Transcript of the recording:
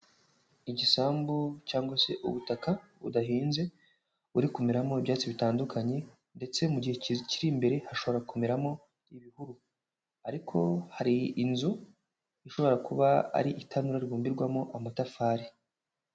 Igisambu cyangwa se ubutaka budahinze buri kumeramo ibyatsi bitandukanye ndetse mu gihe kiri imbere hashobora kumeramo ibihuru, ariko hari inzu ishobora kuba ari itanura ribumbirwamo amatafari.